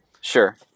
Sure